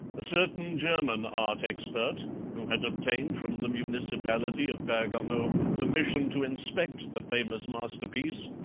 a certain german art expert, who had obtained from the municipality of bergamo permission to inspect the famous masterpiece,